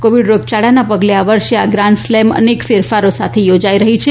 Covid રોગયાળાને પગલે આ વર્ષે આ ગ્રાંડ સ્લેમ અનેક ફેરફારો સાથે યોજાઇ રહી છે